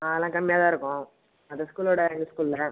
ஆ அதெலாம் கம்மியாக தான் இருக்கும் அந்த ஸ்கூலோடய எங்கள் ஸ்கூலில்